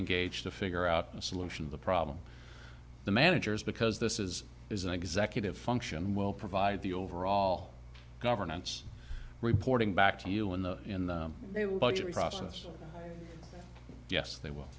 engaged to figure out a solution of the problem the managers because this is is an executive function will provide the overall governance reporting back to you in the in the budget process yes they will